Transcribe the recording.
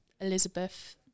elizabeth